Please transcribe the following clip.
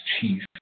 chief